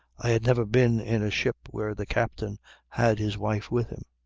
i had never been in a ship where the captain had his wife with him.